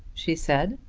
she said.